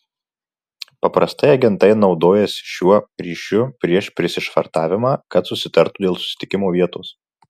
paprastai agentai naudojasi šiuo ryšiu prieš prisišvartavimą kad susitartų dėl susitikimo vietos